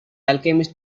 alchemist